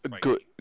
Good